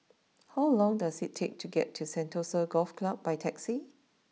how long does it take to get to Sentosa Golf Club by taxi